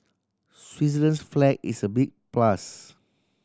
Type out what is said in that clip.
Switzerland's flag is a big plus